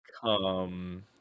Come